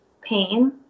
pain